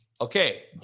Okay